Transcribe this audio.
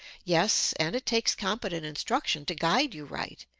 yes, and it takes competent instruction to guide you right,